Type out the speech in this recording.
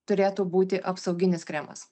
turėtų būti apsauginis kremas